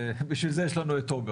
בשביל זה יש לנו את תומר.